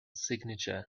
signature